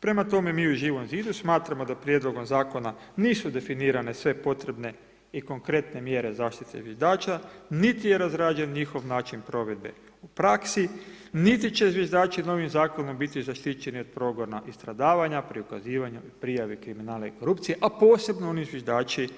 Prema tome, mi u Živom zidu, smatramo da prijedlogom zakona nisu definirana sve potrebne i konkretne mjere zaštite zviždača, niti je razrađen njihov način provedbe u praksi, niti će zviždači novim zakonom biti zaštićeni od progona i stradavanja pri ukazivanju prijavi kriminala i korupciji, a posebno oni zviždači,